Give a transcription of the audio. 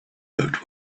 note